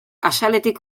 axaletik